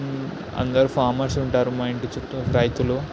అందరు ఫార్మర్స్ ఉంటారు మా ఇంటి చుట్టు రైతులు